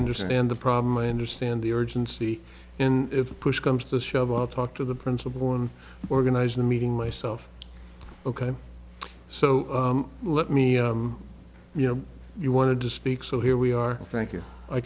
understand the problem i understand the urgency and if push comes to shove i'll talk to the principal and organize the meeting myself ok so let me you know you wanted to speak so here we are thank you i